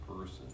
person